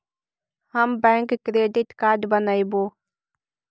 हम bank credit card बनैवो?